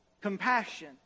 compassion